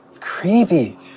Creepy